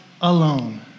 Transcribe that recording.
alone